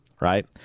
Right